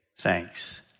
thanks